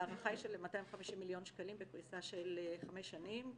ההערכה היא של 250 מיליון שקלים בפריסה של חמש שנים.